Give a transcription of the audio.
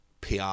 PR